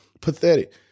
Pathetic